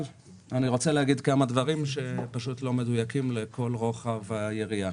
אבל אני רוצה להגיד כמה דברים שהיו לא מדויקים לכל רוחב היריעה.